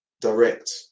direct